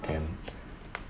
and